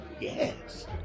Yes